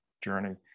journey